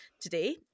today